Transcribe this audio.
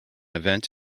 event